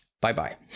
Bye-bye